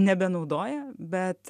nebenaudoja bet